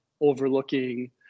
overlooking